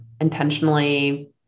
intentionally